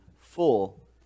full